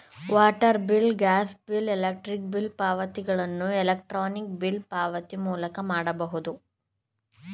water bill, gas bill, electric bill ಪಾವತಿಗಳನ್ನು electronic bill ಪಾವತಿ ಮೂಲಕ ಮಾಡಬಹುದು